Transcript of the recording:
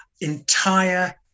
entire